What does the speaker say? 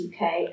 UK